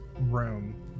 room